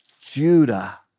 Judah